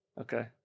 Okay